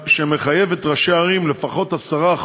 שמחייב את ראשי הערים, לפחות 10%,